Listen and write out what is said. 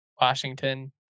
Washington